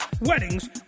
weddings